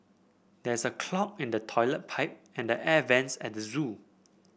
there is a clog in the toilet pipe and the air vents at the zoo